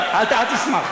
את חדשה בכנסת.